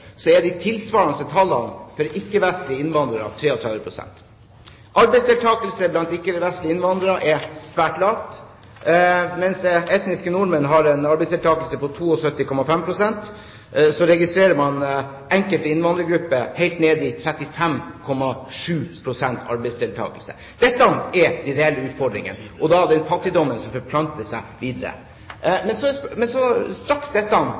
svært lav. Mens etniske nordmenn har en arbeidsdeltakelse på 72,5 pst., registrerer man at enkelte innvandrergrupper er helt nede i 35,7 pst. arbeidsdeltakelse. Dette er de reelle utfordringene, og da denne fattigdommen som forplanter seg videre. Så snart dette